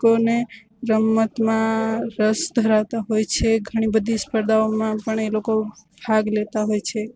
કોને રમતમાં રસ ધરાવતાં હોય છે ઘણી બધી સ્પર્ધામાં પણ એ લોકો ભાગ લેતાં હોય છે